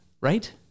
right